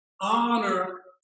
honor